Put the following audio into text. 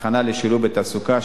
הכנה לשילוב בתעסוקה,